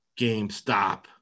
GameStop